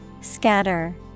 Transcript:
Scatter